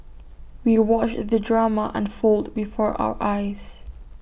we watched the drama unfold before our eyes